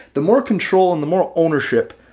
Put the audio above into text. the more control and the more ownership,